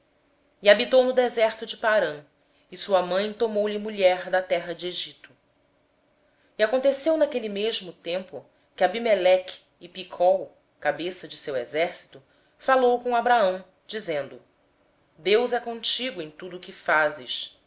ele habitou no deserto de parã e sua mãe tomou-lhe uma mulher da terra do egito naquele mesmo tempo abimeleque com ficol o chefe do seu exército falou a abraão dizendo deus é contigo em tudo o que fazes